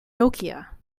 nokia